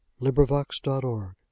LibriVox.org